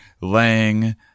laying